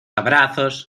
abrazos